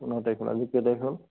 পোন্ধৰ তাৰিখলৈ আজি কেই তাৰিখ হ'ল